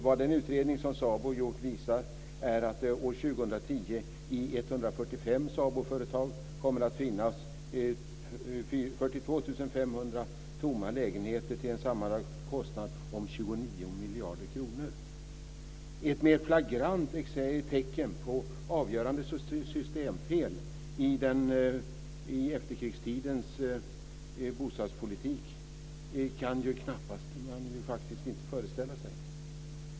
Vad den utredning som SABO gjort visar är att det år 2010 i 145 SABO-företag kommer att finnas 42 500 tomma lägenheter till en sammanlagd kostnad på 29 miljarder kronor. Ett mer flagrant tecken på avgörande systemfel i efterkrigstidens bostadspolitik kan man knappast föreställa sig.